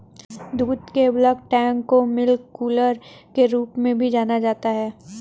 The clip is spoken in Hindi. दूध के बल्क टैंक को मिल्क कूलर के रूप में भी जाना जाता है